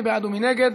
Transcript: מי בעד ומי נגד?